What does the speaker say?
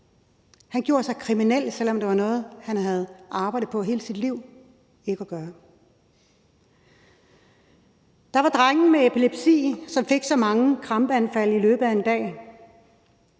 Han gjorde sig til en kriminel, selv om det var kriminalitet, han havde arbejdet hele sit liv for at bekæmpe. Der var drengen med epilepsi, som fik så mange krampeanfald i løbet af en dag,